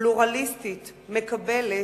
פלורליסטית, מקבלת,